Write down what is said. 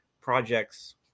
projects